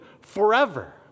forever